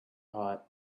hot